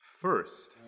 First